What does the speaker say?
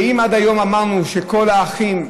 ואם עם עד היום אמרנו שקול של אחים,